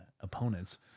opponents